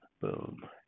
boom